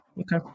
Okay